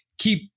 keep